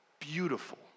beautiful